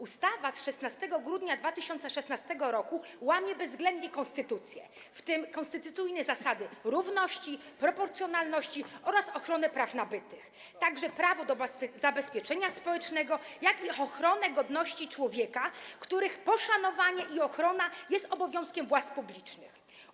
Ustawa z 16 grudnia 2016 r. łamie bezwzględnie konstytucję, w tym konstytucyjne zasady: równości, proporcjonalności oraz ochrony praw nabytych, także prawo do zabezpieczenia społecznego, jak również ochronę godności człowieka, których poszanowanie i ochrona jest obowiązkiem władz publicznych.